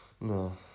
No